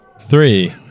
Three